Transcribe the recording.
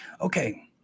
Okay